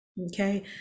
Okay